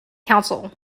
council